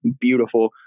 beautiful